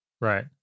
Right